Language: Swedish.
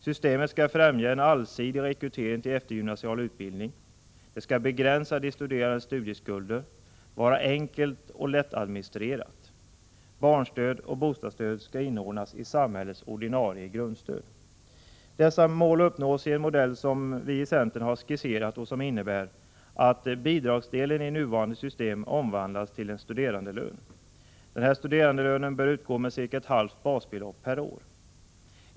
Systemet skall främja en allsidig rekrytering till eftergymnasial utbildning. Det skall begränsa de studerandes studieskulder, vara enkelt och lättadministrerat. Barnstöd och bostadsstöd skall inordnas i samhällets ordinarie grundstöd. Dessa mål uppnås i en modell som vi i centern har skisserat och som innebär: Bidragsdelen i nuvarande system omvandlas till en studerandelön. Studerandelönen bör utgå med ca ett halvt basbelopp per år.